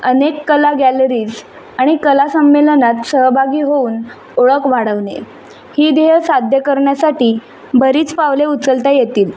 अनेक कला गॅलरीज आणि कला संमेलनात सहभागी होऊन ओळख वाढवणे ही ध्येयं साध्य करण्यासाठी बरीच पावले उचलता येतील